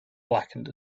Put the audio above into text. blackened